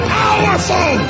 powerful